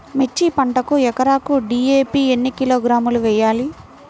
మిర్చి పంటకు ఎకరాకు డీ.ఏ.పీ ఎన్ని కిలోగ్రాములు వేయాలి?